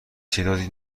تعدادی